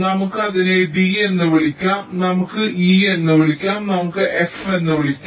നമുക്ക് അതിനെ d എന്ന് വിളിക്കാം നമുക്ക് e എന്ന് വിളിക്കാം നമുക്ക് f എന്ന് വിളിക്കാം